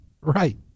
Right